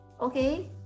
okay